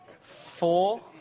four